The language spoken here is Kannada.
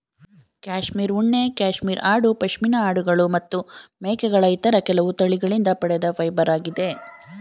ಕ್ಯಾಶ್ಮೀರ್ ಉಣ್ಣೆ ಕ್ಯಾಶ್ಮೀರ್ ಆಡು ಪಶ್ಮಿನಾ ಆಡುಗಳು ಮತ್ತು ಮೇಕೆಗಳ ಇತರ ಕೆಲವು ತಳಿಗಳಿಂದ ಪಡೆದ ಫೈಬರಾಗಿದೆ